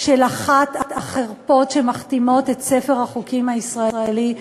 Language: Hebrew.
של אחת החרפות שמכתימות את ספר החוקים הישראלי,